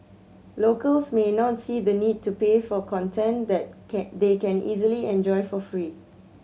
locals may not see the need to pay for content that can they can easily enjoy for free